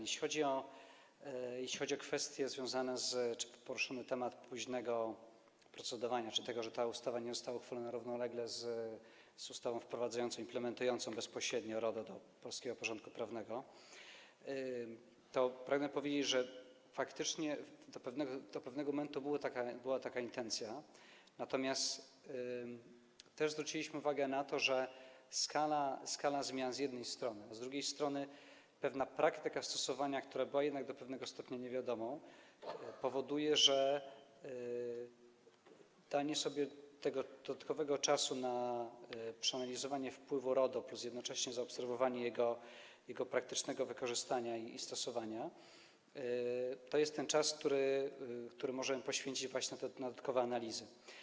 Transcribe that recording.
Jeśli chodzi o kwestie związane z... czy poruszany temat późnego procedowania, czyli tego, że ta ustawa nie została uchwalona równolegle z ustawą wprowadzającą, implementującą bezpośrednio RODO do polskiego porządku prawnego, to pragnę powiedzieć, że faktycznie do pewnego momentu była taka intencja, natomiast zwróciliśmy też uwagę na to, że z jednej strony skala zmian, a z drugiej strony pewna praktyka stosowania, która była jednak do pewnego stopnia niewiadomą, powodują, że danie sobie tego dodatkowego czasu na przeanalizowanie wpływu RODO plus jednocześnie zaobserwowanie jego praktycznego wykorzystania i stosowania, to jest ten czas, który możemy poświęcić właśnie na te dodatkowe analizy.